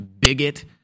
bigot